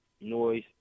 noise